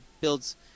builds